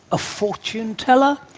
a fortune teller?